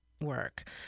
work